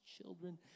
children